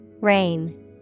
Rain